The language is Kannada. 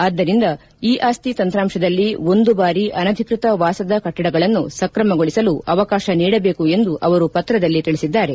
ಆದ್ದರಿಂದ ಇ ಆಸ್ತಿ ತಂತ್ರಾಂತದಲ್ಲಿ ಒಂದು ಬಾರಿ ಅನಧಿಕೃತ ವಾಸದ ಕಟ್ಟಡಗಳನ್ನು ಸ್ತ್ರಮಗೊಳಸಲು ಅವಕಾಶ ನೀಡಬೇಕು ಎಂದು ಅವರು ಪತ್ರದಲ್ಲಿ ತಿಳಿಸಿದ್ದಾರೆ